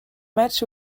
matchs